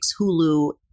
Hulu